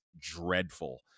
dreadful